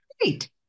Great